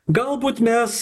galbūt mes